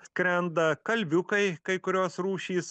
skrenda kalviukai kai kurios rūšys